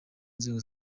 nzego